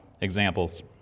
examples